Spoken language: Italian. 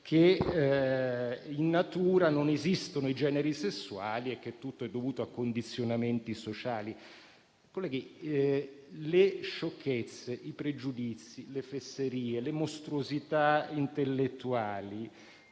che in natura non esistono i generi sessuali e che tutto è dovuto a condizionamenti sociali. Colleghi, le sciocchezze, i pregiudizi, le fesserie e le mostruosità intellettuali